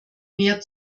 mehr